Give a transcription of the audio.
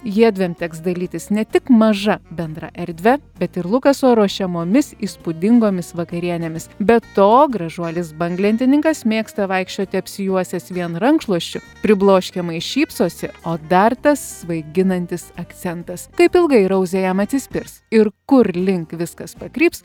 jiedviem teks dalytis ne tik maža bendra erdve bet ir lukaso ruošiamomis įspūdingomis vakarienėmis be to gražuolis banglentininkas mėgsta vaikščioti apsijuosęs vien rankšluosčiu pribloškiamai šypsosi o dar tas svaiginantis akcentas kaip ilgai rouzė jam atsispirs ir kur link viskas pakryps